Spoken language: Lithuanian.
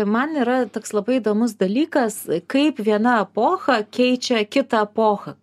man yra toks labai įdomus dalykas kaip viena epochą keičia kitą epochą